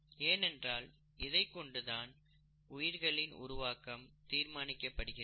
ஏனென்றால் இதைக் கொண்டு தான் உயிர்களின் உருவாக்கம் தீர்மானிக்கப்படுகிறது